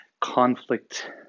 Conflict